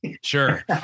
Sure